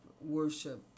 worship